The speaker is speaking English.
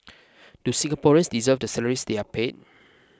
do Singaporeans deserve the salaries they are paid